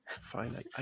Fine